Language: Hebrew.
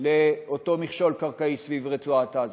לאותו מכשול קרקעי סביב רצועת-עזה.